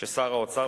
ששר האוצר,